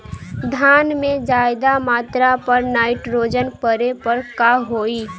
धान में ज्यादा मात्रा पर नाइट्रोजन पड़े पर का होई?